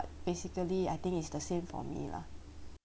basically I think it's the same for me lah